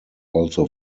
also